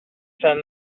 send